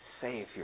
Savior